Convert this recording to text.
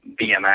BMX